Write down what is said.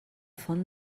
font